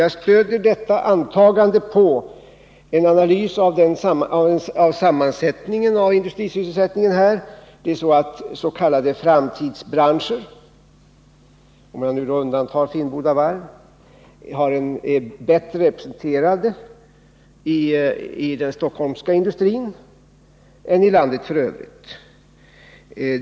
Jag stöder detta antagande på en analys av sammansättningen av industrisysselsättningen i regionen. S.k. framtidsbranscher — låt mig här inte gå in på Finnboda varv — är ju inom den stockholmska industrin bättre representerade än inom industrin i landet i övrigt.